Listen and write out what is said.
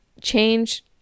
change